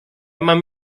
mam